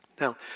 Now